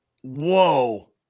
Whoa